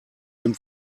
dem